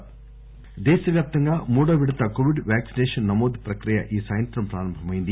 registrations దేశవ్యాప్తంగా మూడవ విడత కోవిడ్ వ్యాక్పినేషన్ నమోదు ప్రక్రియ ఈ సాయంత్రం ప్రారంభమైంది